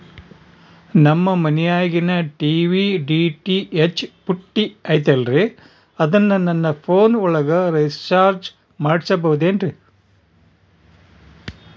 ನಮ್ಮ ಮನಿಯಾಗಿನ TV DTH ಪುಟ್ಟಿ ಐತಲ್ರೇ ಅದನ್ನ ನನ್ನ ಪೋನ್ ಒಳಗ ರೇಚಾರ್ಜ ಮಾಡಸಿಬಹುದೇನ್ರಿ?